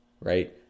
right